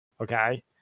Okay